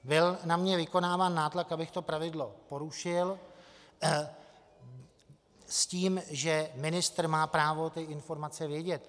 Byl na mě vykonáván nátlak, abych to pravidlo porušil s tím, že ministr má právo ty informace vědět.